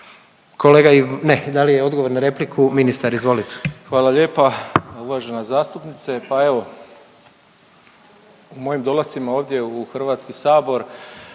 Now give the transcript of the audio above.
Kolega, ne. Da li je odgovor na repliku? Ministar izvolite. **Malenica, Ivan (HDZ)** Hvala lijepa. Uvažena zastupnice pa evo, mojim dolascima ovdje u Hrvatski sabor